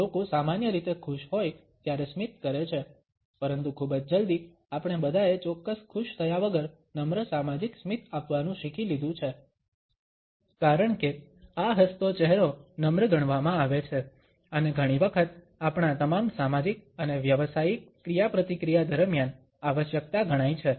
લોકો સામાન્ય રીતે ખુશ હોય ત્યારે સ્મિત કરે છે પરંતુ ખૂબ જ જલ્દી આપણે બધાએ ચોક્કસ ખુશ થયા વગર નમ્ર સામાજિક સ્મિત આપવાનું શીખી લીધું છે કારણકે આ હસતો ચહેરો નમ્ર ગણવામાં આવે છે અને ઘણી વખત આપણા તમામ સામાજિક અને વ્યાવસાયિક ક્રિયાપ્રતિક્રિયા દરમિયાન આવશ્યકતા ગણાય છે